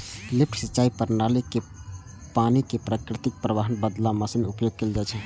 lift सिंचाइ प्रणाली मे पानि कें प्राकृतिक प्रवाहक बदला मशीनक उपयोग कैल जाइ छै